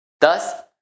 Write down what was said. Thus